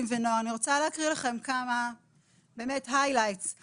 אנחנו באמת נמצאים בפסגת העולם מבחינת רמת המקצועיות שלנו,